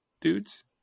dudes